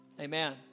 Amen